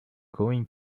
going